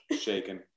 Shaken